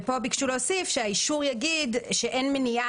פה ביקשו להוסיף שהאישור יגיד ש "אין מניעה